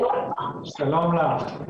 שלום לך.